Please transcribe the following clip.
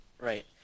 Right